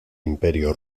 imperio